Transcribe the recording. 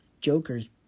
joker's